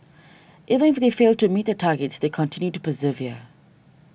even if they failed to meet their targets they continue to persevere